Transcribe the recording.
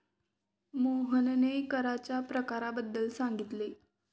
मोहनने कराच्या प्रकारांबद्दल सांगितले